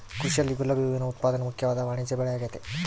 ಕೃಷಿಯಲ್ಲಿ ಗುಲಾಬಿ ಹೂವಿನ ಉತ್ಪಾದನೆ ಮುಖ್ಯವಾದ ವಾಣಿಜ್ಯಬೆಳೆಆಗೆತೆ